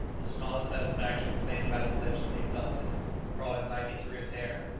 a smile of satisfaction played about his lips as he felt it crawling lightly through his hair.